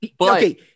Okay